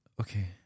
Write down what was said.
Okay